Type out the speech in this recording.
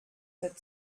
that